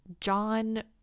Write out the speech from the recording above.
John